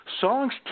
songs